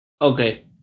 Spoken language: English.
Okay